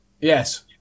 Yes